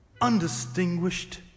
Undistinguished